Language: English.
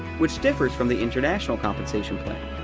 which differs from the international compensation plan.